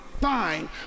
fine